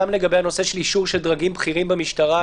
גם לגבי נושא אישור של דרגים בכירים במשטרה.